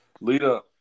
Lita